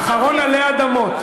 האחרון עלי אדמות.